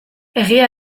egia